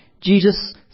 Jesus